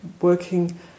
working